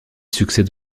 succède